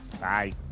Bye